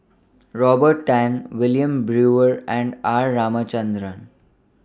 Robert Tan Wilmin Brewer and R Ramachandran